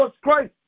Christ